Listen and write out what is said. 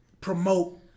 promote